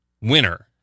winner